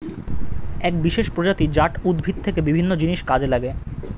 এক বিশেষ প্রজাতি জাট উদ্ভিদ থেকে বিভিন্ন জিনিস কাজে লাগে